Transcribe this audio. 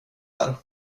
här